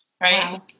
Right